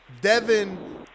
Devin